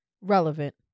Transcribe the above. relevant